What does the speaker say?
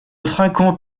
trinquons